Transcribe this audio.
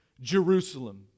Jerusalem